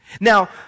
Now